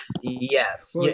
Yes